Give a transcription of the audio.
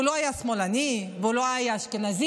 הוא לא היה שמאלני והוא לא היה אשכנזי